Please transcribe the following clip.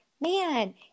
Man